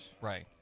Right